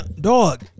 Dog